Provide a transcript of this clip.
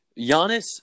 Giannis